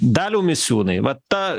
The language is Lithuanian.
daliau misiūnai vat ta